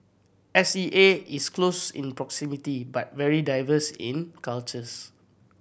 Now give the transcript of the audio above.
S E A is close in proximity but very diverse in cultures